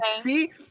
see